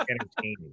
entertaining